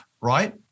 right